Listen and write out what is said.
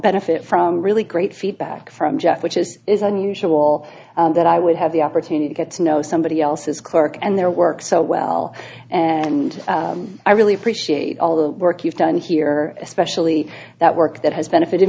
benefit from really great feedback from jeff which is is unusual that i would have the opportunity gets know somebody else's cork and their work so well and i really appreciate all the work you've done here especially that work that has benefited